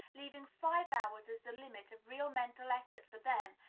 leaving five hours as the limit of real mental effort for them,